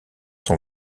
son